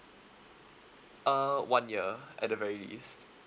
uh one year at the very least